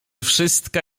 wszystka